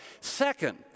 Second